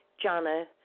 Jana